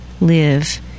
live